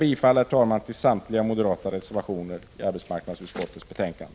Jag yrkar bifall till samtliga moderata reservationer som är fogade till arbetsmarknadsutskottets betänkande.